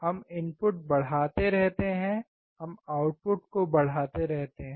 हम इनपुट बढ़ाते रहते हैं हम आउटपुट को बढ़ाते रहते हैं